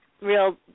real